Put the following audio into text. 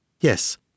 Yes